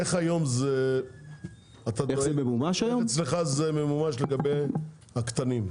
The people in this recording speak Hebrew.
איך היום אתה רואה את עצמך מממש את זה לגבי הספקים הקטנים?